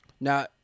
Now